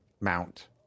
mount